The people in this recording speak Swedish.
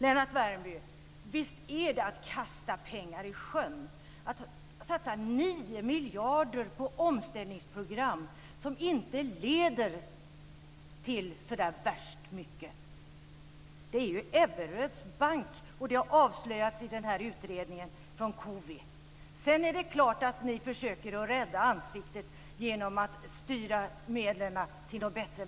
Lennart Värmby, visst är det att kasta pengar i sjön att satsa 9 miljarder på omställningsprogram som inte leder till så där värst mycket. Det är ju Ebberöds bank och det har avslöjats i utredningen från Cowi. Sedan är det klart att ni försöker rädda ansiktet genom att styra medlen till något bättre.